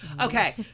okay